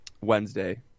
Wednesday